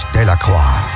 Delacroix